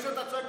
זה שאתה צועק,